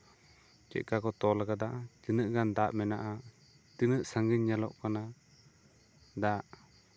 ᱪᱮᱫ ᱠᱟ ᱠᱚ ᱛᱚᱞ ᱠᱟᱫᱟ ᱛᱤᱱᱟᱹᱜ ᱜᱟᱱ ᱫᱟᱜ ᱢᱮᱱᱟᱜᱼᱟ ᱛᱤᱱᱟᱹᱜ ᱥᱟᱺᱜᱤᱧ ᱧᱮᱞᱚᱜ ᱠᱟᱱᱟ ᱫᱟᱜ